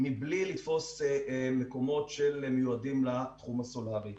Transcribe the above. מבלי לתפוס מקומות שמיועדים לתחום הסולארי.